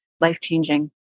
life-changing